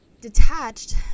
Detached